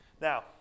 Now